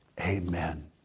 amen